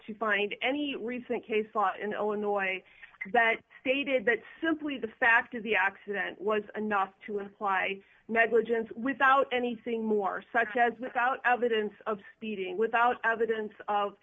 to find any recent case sought in illinois that stated that simply the fact of the accident was enough to imply negligence without anything more such as without evidence of speeding without evidence of